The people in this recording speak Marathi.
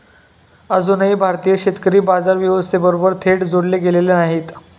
अजूनही भारतीय शेतकरी बाजार व्यवस्थेबरोबर थेट जोडले गेलेले नाहीत